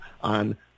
on